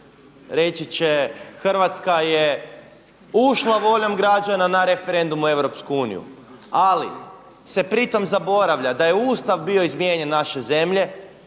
reći će Hrvatska je ušla voljom građana na referendum o EU ali se pritom zaboravlja da je Ustav bio izmijenjen naše zemlje